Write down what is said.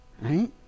right